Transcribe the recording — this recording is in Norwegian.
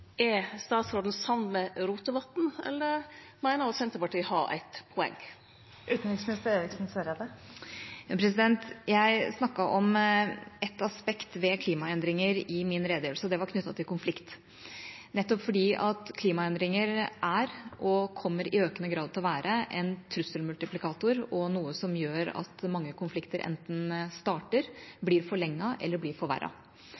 Er utanriksministeren samd med Rotevatn, eller meiner ho at Senterpartiet har eit poeng? Jeg snakket om ett aspekt ved klimaendringer i min redegjørelse, og det var knyttet til konflikt, for klimaendringer er, og kommer i økende grad til å være, en trusselmultiplikator, og noe som gjør at mange konflikter enten